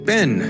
Ben